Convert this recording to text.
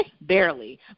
barely